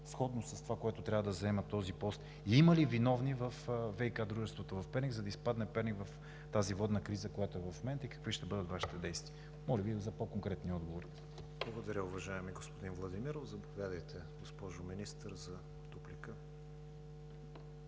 сходно с това, с което трябва да заема този пост; има ли виновни във ВиК дружеството в Перник, за да изпадне Перник в тази водна криза, която е в момента; и какви ще бъдат Вашите действия? Моля Ви за по-конкретни отговори. ПРЕДСЕДАТЕЛ КРИСТИАН ВИГЕНИН: Благодаря Ви, уважаеми господин Владимиров. Заповядайте, госпожо Министър, за дуплика.